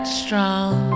strong